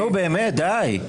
נו באמת, די.